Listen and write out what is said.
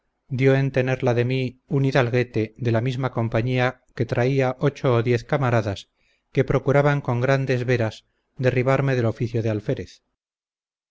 dió en tenerla de mí un hidalguete de la misma compañía que traía ocho o diez camaradas que procuraban con grandes veras derribarme del oficio de alférez